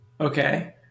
Okay